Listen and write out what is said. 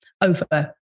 over